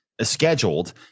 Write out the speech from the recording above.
scheduled